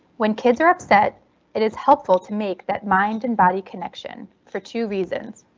when kids are upset it is helpful to make that mind and body connection for two reasons.